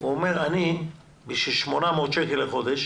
הוא אומר: בשביל פער של 800 שקל לחודש